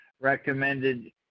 recommended